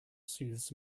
soothes